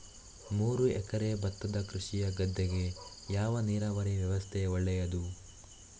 ಮೂರು ಎಕರೆ ಭತ್ತದ ಕೃಷಿಯ ಗದ್ದೆಗೆ ಯಾವ ನೀರಾವರಿ ವ್ಯವಸ್ಥೆ ಒಳ್ಳೆಯದು?